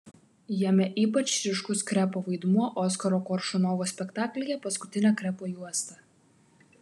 jame ypač ryškus krepo vaidmuo oskaro koršunovo spektaklyje paskutinė krepo juosta